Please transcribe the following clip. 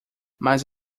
mas